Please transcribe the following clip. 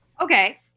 okay